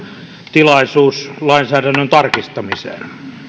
tilaisuus lainsäädännön tarkistamiseen